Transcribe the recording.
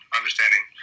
understanding